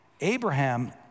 abraham